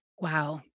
wow